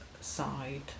side